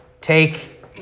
take